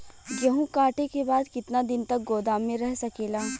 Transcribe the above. गेहूँ कांटे के बाद कितना दिन तक गोदाम में रह सकेला?